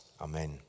Amen